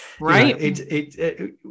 right